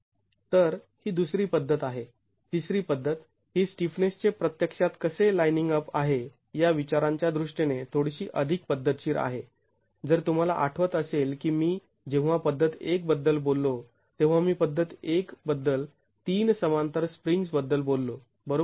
तर ही दुसरी पद्धत आहे तिसरी पद्धत ही स्टिफनेसचे प्रत्यक्षात कसे लाइनिंग अप आहे या विचारांच्या दृष्टीने थोडीशी अधिक पद्धतशीर आहे जर तुम्हाला आठवत असेल की मी जेव्हा पद्धत १ बद्दल बोललो तेव्हा मी पद्धत १ बद्दल ३ समांतर स्प्रिंग्ज् बद्दल बोललो बरोबर